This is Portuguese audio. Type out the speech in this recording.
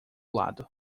lado